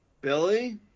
Billy